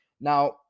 Now